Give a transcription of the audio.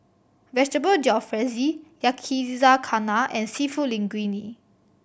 Vegetable Jalfrezi Yakizakana and Seafood Linguine